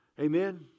Amen